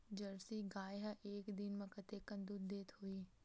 Jersey गाय ह एक दिन म कतेकन दूध देत होही?